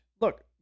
Look